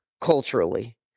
culturally